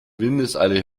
windeseile